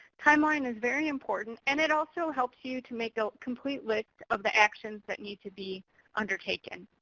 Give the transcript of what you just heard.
timeline is very important, and it also helps you to make a complete list of the actions that need to be undertaken.